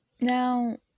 Now